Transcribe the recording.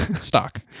Stock